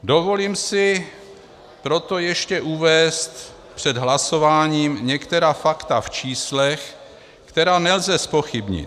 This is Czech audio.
Dovolím si proto ještě uvést před hlasováním některá fakta v číslech, která nelze zpochybnit.